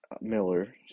Miller